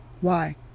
Why